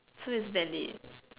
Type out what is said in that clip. so it's valid